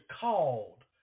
called